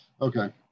Okay